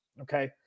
Okay